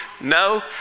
No